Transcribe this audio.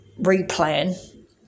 replan